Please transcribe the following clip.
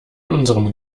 unserem